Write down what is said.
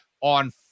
on